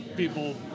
People